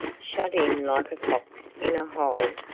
shut in like a fox in a hole,